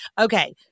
Okay